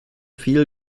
viel